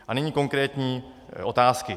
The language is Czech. A nyní konkrétní otázky.